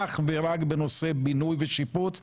אך ורק בנושא בינוי ושיפוץ,